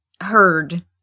heard